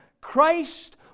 Christ